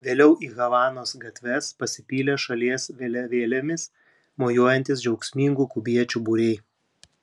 vėliau į havanos gatves pasipylė šalies vėliavėlėmis mojuojantys džiaugsmingų kubiečių būriai